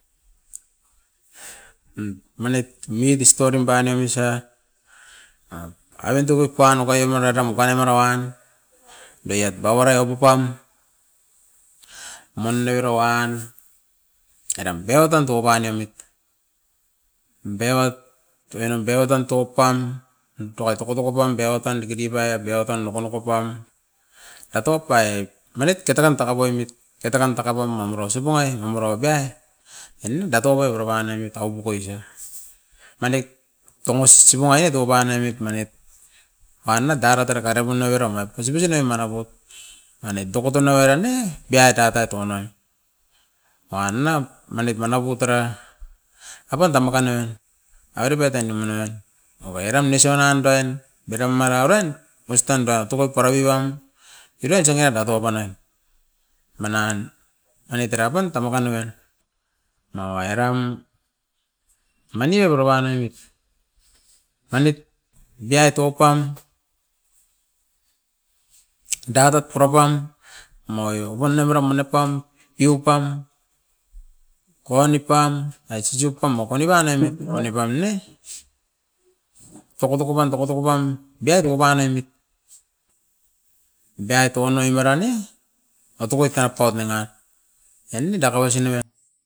Manit midis tuadem banemi isa a, apandupup koan okai u makatam okain u mara wan beiet babarai opupam. Mone uruain kadam deodan teko paniomit, beiot tuwanem beioton taupan tokotoko pan beio tan dikidiki baiot beio tan tokotoko pam katok paiai manit ketakan taka poimit. Ketakan taka pam amiro ausip ungai, mamuro apiai e nen batoai pura paniomit aupukoisa. Manit tongo sisipuana e toko panoimit manit, apanda darot era karepun na abiromait pusipusinuim manaput manit tokoton avera ne biat ait ait toan na. Evan nam manit manapu dera apanda makan nan airipai tai noam enan okoi eram nisunua indain, biram mara uruain ois tanda otokoit para pip pan, eran sangat na tuapan nain. Manan, aini dera pan tamukan noan mawa eram mani okoro wan oimit, manit biai taupam, dabep pura pam moi okuan ne mura mone pam, biu pam, koan ni pam, isisiop pam mokuani panoimit, mokuani pam ne tokotoko pam, tokotoko pam, biait ni panoimit. Biat wan nai mara ne, atokoit tataut menat, eni daka uasi noven.